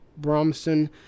Bromson